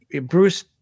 Bruce